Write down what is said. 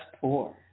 poor